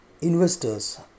investors